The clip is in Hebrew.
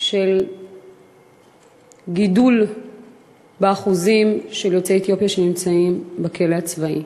של גידול באחוזים של יוצאי אתיופיה שנמצאים בכלא הצבאי.